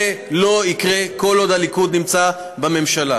זה לא יקרה כל עוד הליכוד נמצא בממשלה.